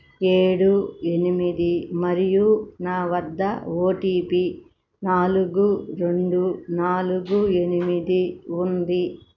ఏడు ఎనిమిది మరియు నా వద్ద ఓటీపీ నాలుగు రెండు నాలుగు ఎనిమిది ఉంది